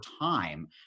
time